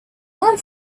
one